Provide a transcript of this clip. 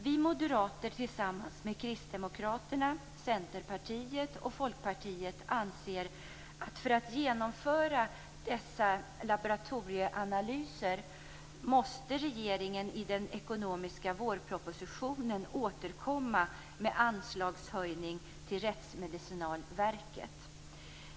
Vi moderater anser, tillsammans med Kristdemokraterna, Centerpartiet och Folkpartiet, att regeringen måste återkomma i den ekonomiska vårpropositionen med en anslagshöjning till Rättsmedicinalverket för att man skall kunna genomföra dessa laboratorieanalyser.